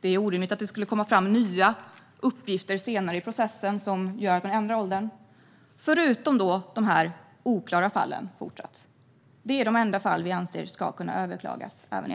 Det är orimligt att det skulle komma fram nya uppgifter senare i processen som gör att man ändrar åldern, utom de oklara fallen fortsatt. Det är de enda fall som vi anser ska kunna överklagas.